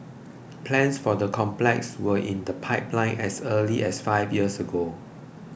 plans for the complex were in the pipeline as early as five years ago